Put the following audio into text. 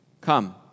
Come